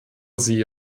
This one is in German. sie